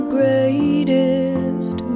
greatest